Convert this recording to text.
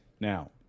Now